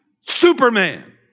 Superman